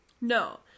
No